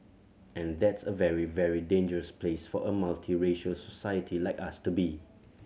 and that's a very very dangerous place for a multiracial society like us to be